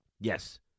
Yes